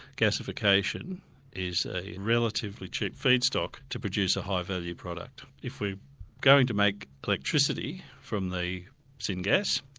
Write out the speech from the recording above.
gasification is a relatively cheap feedstock to produce a high value product. if we're going to make electricity from the syn gas,